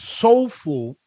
soulful